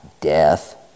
Death